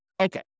Okay